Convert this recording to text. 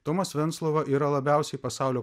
tomas venclova yra labiausiai pasaulio